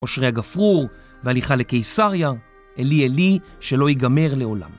אשרי הגפרור והליכה לקיסריה, אלי אלי שלא ייגמר לעולם.